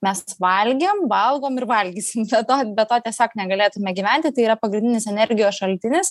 mes valgėm valgom ir valgysim be to be to tiesiog negalėtume gyventi tai yra pagrindinis energijos šaltinis